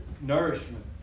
nourishment